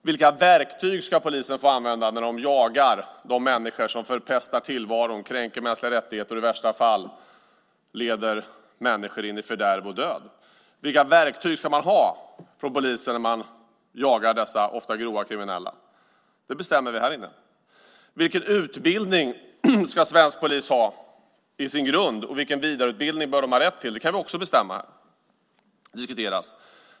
Vilka verktyg ska polisen få använda när de jagar de människor som förpestar tillvaron, kränker mänskliga rättigheter och i värsta fall leder människor in i fördärv och död? Vilka verktyg ska polisen ha när de jagar dessa ofta grovt kriminella? Det bestämmer vi härinne. Vilken utbildning ska svensk polis ha som grund och vilken vidareutbildning bör de ha rätt till? Det kan vi också bestämma och diskutera.